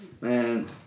Man